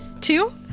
Two